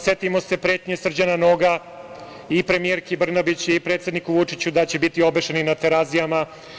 Setimo se pretnji Srđana Noga i premijerki Brnabić i predsedniku Vučiću da će biti obešeni na terazijama.